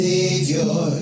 Savior